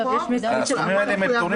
ככלל, אצלנו בפיקדון,